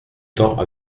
temps